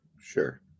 sure